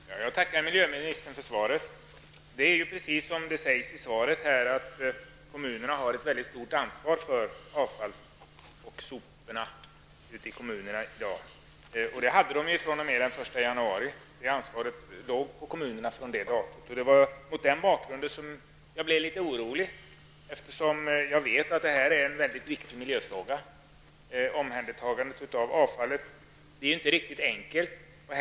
Herr talman! Jag tackar miljöministern för svaret. Som framhålls i detta har kommunerna ett mycket stort ansvar för hanteringen av avfall och sopor ute i kommunerna i dag. Detta ansvar lades över på kommunerna den 1 januari, och det var mot den bakgrunden som jag blev litet orolig. Omhändertagandet av avfallet är en mycket viktig men inte helt enkel fråga.